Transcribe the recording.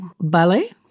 ballet